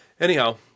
anyhow